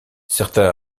certains